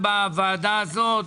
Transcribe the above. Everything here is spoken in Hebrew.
כשאנחנו שומעים בוועדה הזאת,